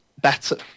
better